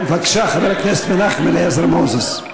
בבקשה, חבר הכנסת מנחם אליעזר מוזס.